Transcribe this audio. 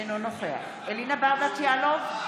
אינו נוכח אלינה ברדץ' יאלוב,